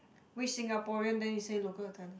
we Singaporean then you say local term